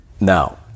Now